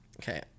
Okay